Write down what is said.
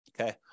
Okay